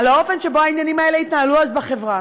על האופן שבו העניינים האלה התנהלו אז בחברה.